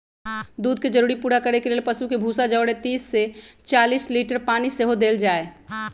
दूध के जरूरी पूरा करे लेल पशु के भूसा जौरे तीस से चालीस लीटर पानी सेहो देल जाय